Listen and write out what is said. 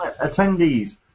attendees